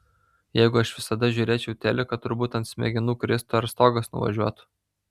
jeigu aš visada žiūrėčiau teliką turbūt ant smegenų kristų ar stogas nuvažiuotų